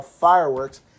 fireworks